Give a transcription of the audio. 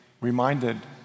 reminded